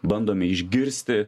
bandome išgirsti